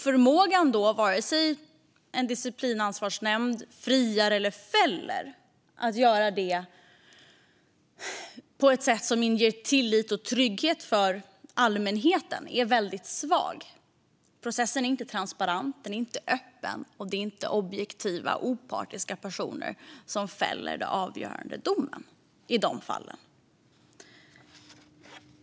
Förmågan hos en disciplinansvarsnämnd att fälla ett avgörande på ett sätt som inger tillit och trygghet hos allmänheten - oavsett om den friar eller fäller personen i fråga - är väldigt svag. Processen är inte transparent. Den är inte öppen, och det är i dessa fall inte objektiva, opartiska personer som fäller den avgörande domen.